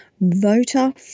voter